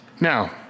now